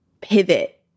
pivot